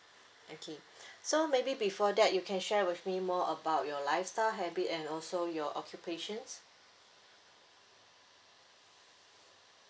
okay so maybe before that you can share with me more about your lifestyle habit and also your occupation